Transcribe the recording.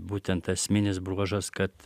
būtent esminis bruožas kad